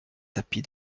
tapis